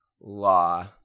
law